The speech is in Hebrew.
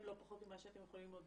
לא פחות ממה שאתם יכולים ללמוד מאיתנו,